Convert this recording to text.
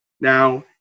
Now –